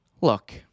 Look